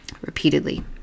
repeatedly